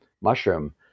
mushroom